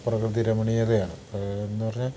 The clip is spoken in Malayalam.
പ്രകൃതിരമണീയതയാണ് എന്നു പറഞ്ഞാൽ